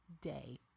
day